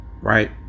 Right